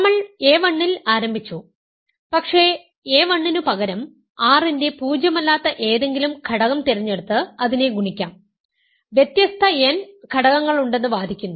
നമ്മൾ a1 ൽ ആരംഭിച്ചു പക്ഷേ a1 നുപകരം R ന്റെ പൂജ്യമല്ലാത്ത ഏതെങ്കിലും ഘടകം തിരഞ്ഞെടുത്ത് അതിനെ ഗുണിക്കാം വ്യത്യസ്ത n ഘടകങ്ങളുണ്ടെന്ന് വാദിക്കുന്നു